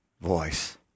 voice